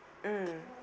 mm